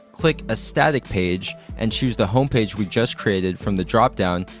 click a static page, and choose the home page we just created from the drop-down,